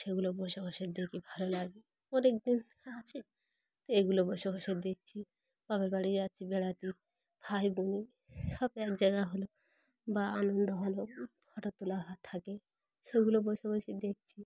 সেগুলো বসে বসে দেখি ভালো লাগে অনেক দিন আছে তো এগুলো বসে বসে দেখছি বাপের বাড়ি যাচ্ছি বেড়াতে ভাই বোন সব এক জায়গা হলো বা আনন্দ হলো ফটো তোলা হল থাকে সেগুলো বসে বসে দেখছি